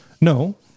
No